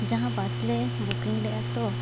ᱡᱟᱦᱟᱸ ᱞᱮ ᱞᱮᱫᱼᱟ ᱛᱳ